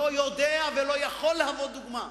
לא יודע ולא יכול להוות דוגמה?